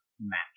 match